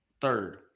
third